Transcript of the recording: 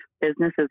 businesses